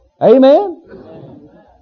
Amen